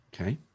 Okay